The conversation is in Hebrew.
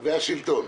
והשלטון.